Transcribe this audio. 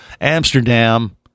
Amsterdam